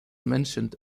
mentioned